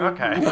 Okay